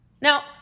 Now